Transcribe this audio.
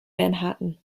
manhattan